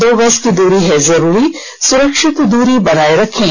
दो गज की दूरी है जरूरी सुरक्षित दूरी बनाए रखें